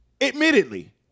Admittedly